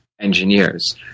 engineers